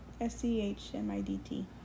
S-C-H-M-I-D-T